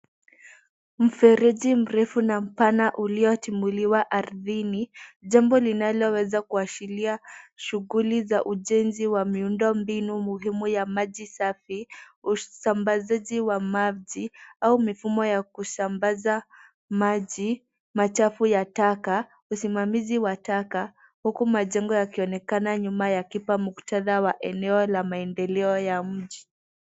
Mfereji mrefu na mpana uliochimbuliwa ardhini, jambo linaloweza kuashiria shughuli za ujenzi wa miundombinu muhimu ya maji safi, usambazaji wa maji, au mifumo ya kusambaza maji machafu ya taka, usimamizi wa taka. Huku majengo yakionekana nyuma yakipa muktadha wa eneo la maendeleo ya mji.